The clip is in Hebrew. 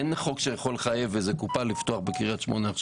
אין חוק שיכול לחייב את הקופה לפתוח מרפאה בקריית שמונה.